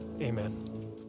Amen